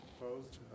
Opposed